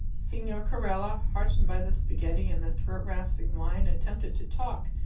signor carella, heartened by the spaghetti and the throat-rasping wine, attempted to talk,